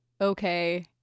okay